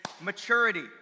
maturity